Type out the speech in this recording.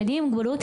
ילדים עם מוגבלות,